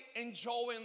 enjoying